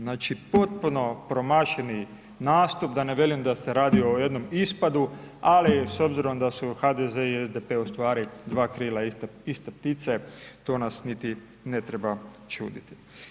Znači potpuno promašeni nastup, da ne velim da se radi o jednom ispadu, ali s obzirom da su HDZ i SDP, ustvari 2 krila, iste ptice, to nas niti ne treba čuditi.